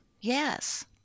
Yes